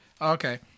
Okay